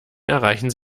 erreichen